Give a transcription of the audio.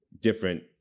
different